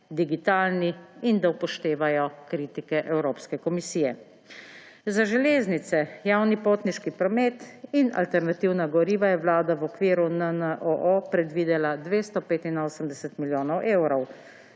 digitalni in da upoštevajo kritike Evropske komisije. Za železnice, javni potniški promet in alternativna goriva je Vlada v okviru NNOO predvidela 285 milijonov evrov,